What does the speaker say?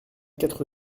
quatre